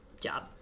job